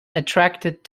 attracted